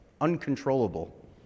Uncontrollable